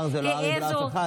אבל התואר זה לא הר"י ולא אף אחד,